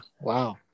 Wow